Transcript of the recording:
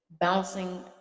Bouncing